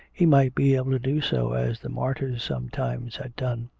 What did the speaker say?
he might be able to do so as the martyrs sometimes had done.